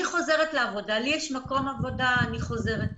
לי יש מקום עבודה שאני חוזרת אליו.